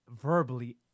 verbally